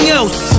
else